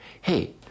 hey